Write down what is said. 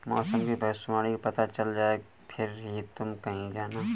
मौसम की भविष्यवाणी का पता चल जाए फिर ही तुम कहीं जाना